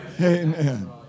Amen